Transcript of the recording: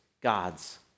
God's